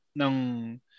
ng